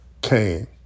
came